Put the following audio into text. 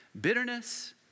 bitterness